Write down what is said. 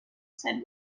said